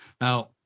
Now